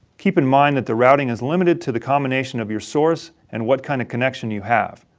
keep in mind that the routing is limited to the combination of your source and what kind of connection you have.